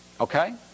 Okay